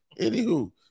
Anywho